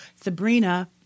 Sabrina